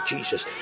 Jesus